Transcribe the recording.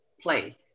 play